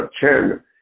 Chen